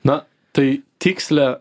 na tai tikslią